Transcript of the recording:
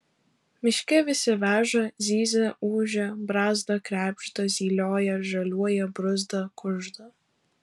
miške visi veža zyzia ūžia brazda krebžda zylioja žaliuoja bruzda kužda